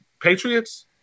Patriots